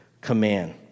command